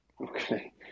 Okay